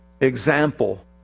example